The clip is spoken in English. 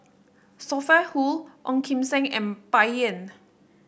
Sophia Hull Ong Kim Seng and Bai Yan